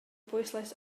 bwyslais